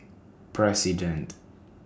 President